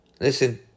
listen